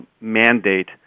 mandate